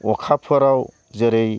अखाफोराव जेरै